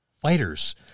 fighters